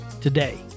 Today